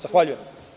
Zahvaljujem.